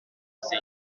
seen